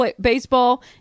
baseball